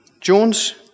Jones